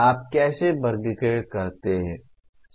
आप कैसे वर्गीकृत करते हैं